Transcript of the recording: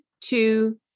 two